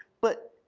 but,